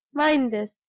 mind this,